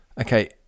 Okay